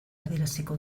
adieraziko